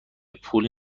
پول